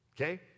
Okay